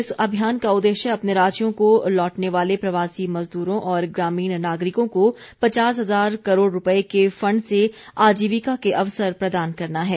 इस अभियान का उद्देश्य अपने राज्यों को लौटने वाले प्रवासी मजदूरों और ग्रामीण नागरिकों को पचास हजार करोड़ रुपये के फंड से आजीविका के अवसर प्रदान करना है